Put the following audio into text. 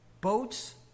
Boats